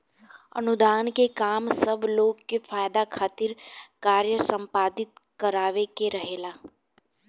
अनुदान के काम सब लोग के फायदा खातिर कार्य संपादित करावे के रहेला